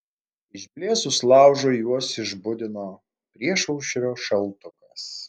išblėsus laužui juos išbudino priešaušrio šaltukas